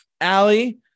Allie